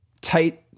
tight